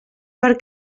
per